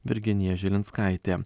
virginija žilinskaitė